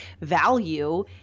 value